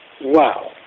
Wow